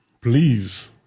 please